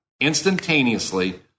Instantaneously